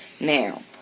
Now